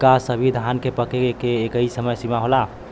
का सभी धान के पके के एकही समय सीमा होला?